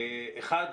האחד,